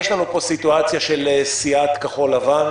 יש לנו פה סיטואציה של סיעת כחול לבן,